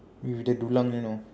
with the dulang you know